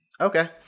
okay